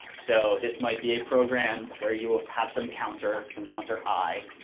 so this might be a program where you will have sum counter, sum counter i,